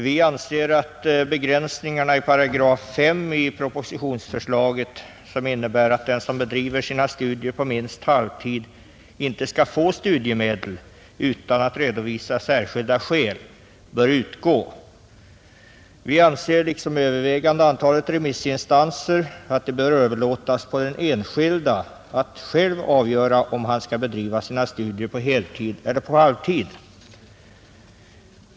Vi anser att begränsningarna i § 5 enligt propositionens förslag, som innebär att den som bedriver sina studier på minst halvtid inte skall få studiemedel utan att redovisa särskilda skäl, bör utgå. Vi anser liksom övervägande antalet remissinstanser att det bör överlåtas på den enskilde att själv avgöra om han skall bedriva sina studier på heltid eller på halvtid.